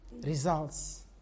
results